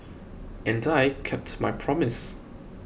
and I kept my promise